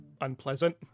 unpleasant